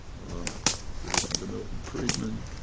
if you listen to milton friedman,